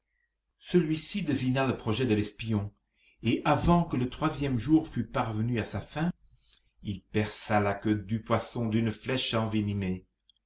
celui-ci devina le projet de l'espion et avant que le troisième jour fût parvenu à sa fin il perça la queue du poisson d'une flèche envenimée